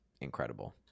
incredible